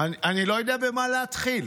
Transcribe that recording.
אני לא יודע במה להתחיל.